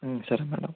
సరే మేడం